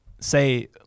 say